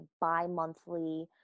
bi-monthly